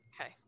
okay